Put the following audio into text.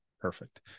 Perfect